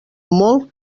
molt